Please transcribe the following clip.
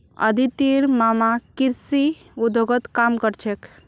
अदितिर मामा कृषि उद्योगत काम कर छेक